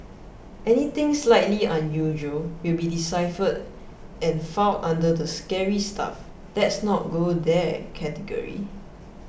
anything slightly unusual will be deciphered and filed under the scary stuff let's not go there category